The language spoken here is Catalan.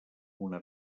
una